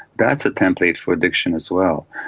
that's a template for addiction as well.